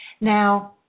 Now